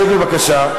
שב, בבקשה.